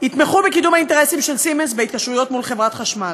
יתמכו בקידום האינטרסים של "סימנס" בהתקשרויות מול חברת החשמל.